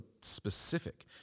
specific